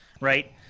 right